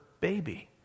baby